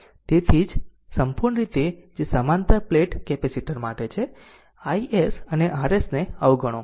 તેથી તેથી જ આ અહીં સંપૂર્ણ રીતે છે જે સમાંતર પ્લેટ કેપેસિટર માટે છે Ls અને Rs ને અવગણો